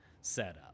setup